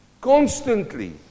constantly